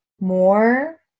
more